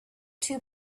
two